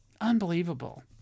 Unbelievable